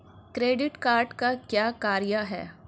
Credit card का क्या कार्य है?